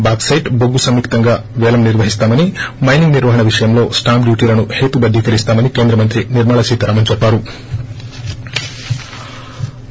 బాక్పెట్ బొగ్గు సంయుక్తంగా పేలం నిర్వహిస్తామని మైనింగ్ నిర్వహణ విషయంలో స్టాంప్ డ్యూటీలను హేతుబద్దీకరిస్తామని కేంద్ర మంత్రి నిర్మలా సీతారామన్ చెప్పారు